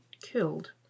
killed